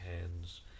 hands